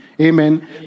Amen